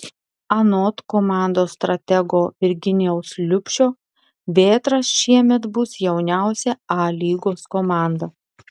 anot komandos stratego virginijaus liubšio vėtra šiemet bus jauniausia a lygos komanda